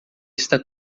está